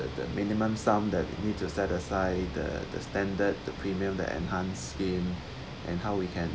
the the minimum sum that you need to set aside the the standard the premium the enhanced scheme and how we can